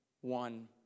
one